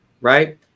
Right